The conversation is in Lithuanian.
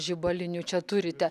žibalinių čia turite